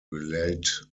relate